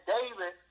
David